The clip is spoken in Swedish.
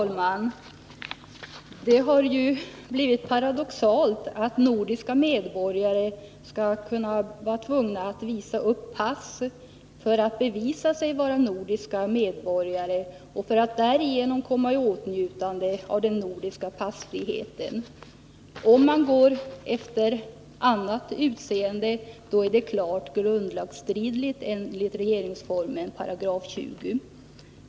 Herr talman! Det är paradoxalt att nordiska medborgare skall vara tvungna att visa upp pass för att bevisa att de är nordiska medborgare, så att de därigenom kommer i åtnjutande av den nordiska passfriheten! Att här gå efter utseende är klart grundlagsstridigt enligt 20 § regeringsformen.